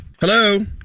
Hello